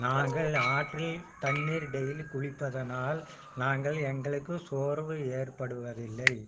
நாங்கள் ஆற்றில் தண்ணீர் டெய்லி குளிப்பதனால் நாங்கள் எங்களுக்கு சோர்வு ஏற்படுவதில்லை